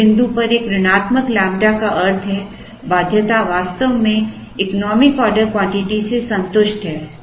इस बिंदु पर एक ऋणात्मक लैंबडा का अर्थ है बाध्यता वास्तव में इकोनॉमिक ऑर्डर क्वांटिटी से संतुष्ट है